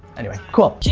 anyway, cool.